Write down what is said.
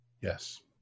Yes